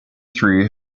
three